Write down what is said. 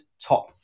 top